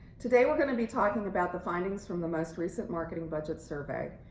today we're going to be talking about the findings from the most recent marketing budget survey.